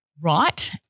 right